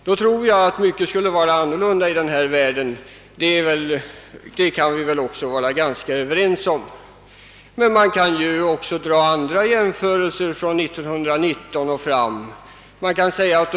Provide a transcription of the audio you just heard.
Man kan också göra andra jämförelser mellan tiden omkring 1919 och vår tid.